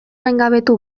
gaingabetu